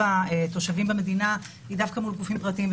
התושבים במדינה היא דווקא מול גופים פרטיים,